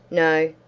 no,